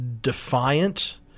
defiant